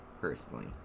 personally